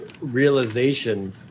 realization